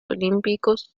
olímpicos